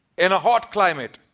in a hot climate.